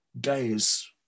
Days